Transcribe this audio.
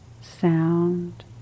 sound